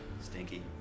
Stinky